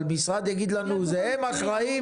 אבל שהמשרד יגיד לנו, זה הם אחראים?